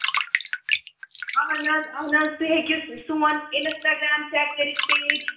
اَہن حظ اَہن حظ تُہۍ ہیٚکِو سون اِنسٹاگرام چیک کٔرِتھ پیج